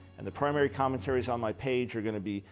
and the primary commentaries on my page are going to be.